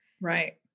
Right